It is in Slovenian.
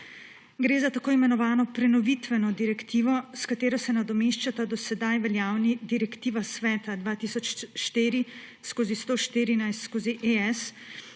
Gre za tako imenovano prenovitveno direktivo, s katero se nadomeščata do sedaj veljavni direktiva Sveta 2004/114/ES,